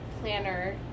planner